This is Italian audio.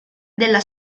della